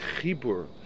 chibur